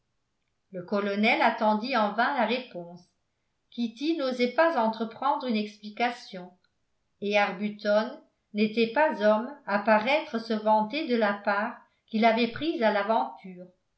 le colonel attendit en vain la réponse kitty n'osait pas entreprendre une explication et arbuton n'était pas homme à paraître se vanter de la part qu'il avait prise à l'aventure